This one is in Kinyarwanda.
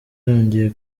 yongeye